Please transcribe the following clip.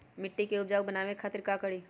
मिट्टी के उपजाऊ बनावे खातिर का करी?